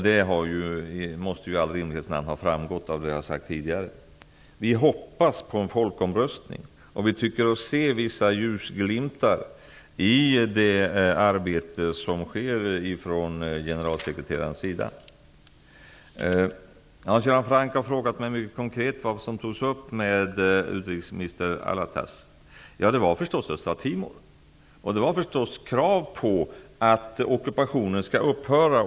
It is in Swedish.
Det måste i rimlighetens namn har framgått av det som jag har sagt tidigare. Vi hoppas på en folkomröstning, och vi tycker oss se vissa ljusglimtar i det arbete som sker från generalsekreterarens sida. Hans Göran Franck har frågat mig mycket konkret om vad som togs upp med utrikesminister Ali Alatas. Naturligtvis togs frågan om östra Timor upp. Det togs upp krav på att ockupationen skall upphöra.